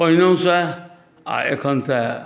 पहिनहुसँ आ एखन तऽ